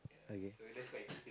okay